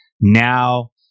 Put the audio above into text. Now